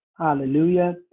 Hallelujah